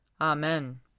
Amen